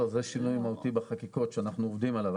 לא, זה שינוי מהותי בחקיקות שאנחנו עובדים עליו.